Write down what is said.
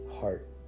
heart